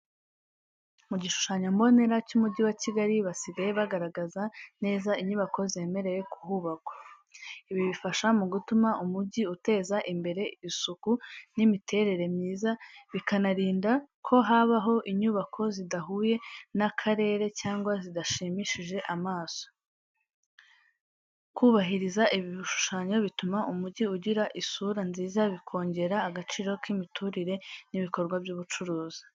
Mu gishushanyo mbonera cy’umujyi wa Kigali, basigaye bagaragaza neza inyubako zemerewe kuhubakwa. Ibi bifasha mu gutuma umujyi uteza imbere isuku n’imiterere myiza, bikanarinda ko habaho inyubako zidahuye n’akarere cyangwa zidashimishije amaso. Kubahiriza ibi bishushanyo bituma umujyi ugira isura nziza, bikongera agaciro k’imiturire n’ibikorwa by’ubucuruzi.